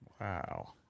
Wow